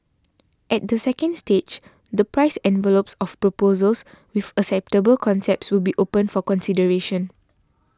at the second stage the price envelopes of proposals with acceptable concepts will be opened for consideration